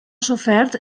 sofert